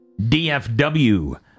DFW